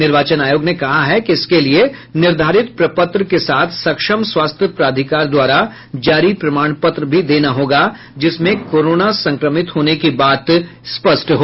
निर्वाचन आयोग ने कहा है कि इसके लिए निर्धारित प्रपत्र के साथ सक्षम स्वास्थ्य प्राधिकार द्वारा जारी प्रमाण पत्र भी देना होगा जिसमें कोरोना संक्रमित होने की बात स्पष्ट हो